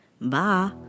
bye